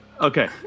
Okay